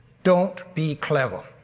don't be clever.